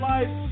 Life